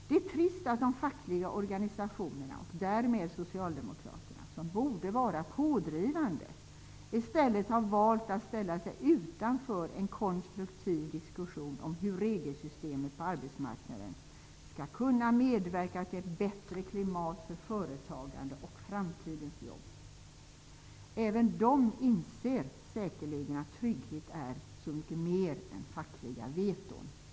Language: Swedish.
Det är trist att de fackliga organisationerna och därmed socialdemokraterna, som borde vara pådrivande, i stället har valt att ställa sig utanför en konstruktiv diskussion om hur regelsystemet på arbetsmarknaden skall kunna medverka till ett bättre klimat för företagande och framtidens jobb. Även de inser säkerligen att trygghet är så mycket mer än fackliga veton.